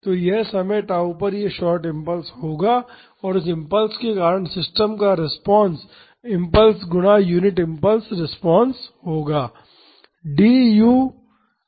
तो यह समय tau पर यह शार्ट इम्पल्स होगा और उस इम्पल्स के कारण सिस्टम का रिस्पांस इम्पल्स गुणा यूनिट इम्पल्स रिस्पांस होगा